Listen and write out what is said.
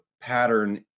pattern